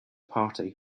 party